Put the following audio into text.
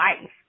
life